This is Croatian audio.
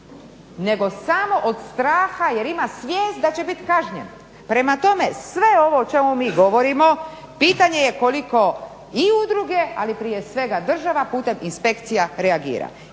nego samo od straha jer ima svijest da će bit kažnjen. Prema tome, sve ovo o čemu mi govorimo pitanje je koliko i udruge, ali prije svega država putem inspekcija reagira.